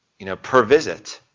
you know, per visit,